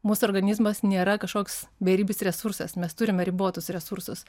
mūsų organizmas nėra kažkoks beribis resursas mes turime ribotus resursus